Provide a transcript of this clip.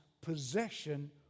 possession